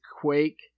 Quake